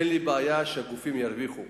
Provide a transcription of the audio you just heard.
אין לי בעיה שהגופים ירוויחו,